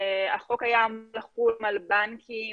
החוק היה אמור לחול על בנקים,